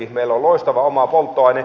meillä on loistava oma polttoaine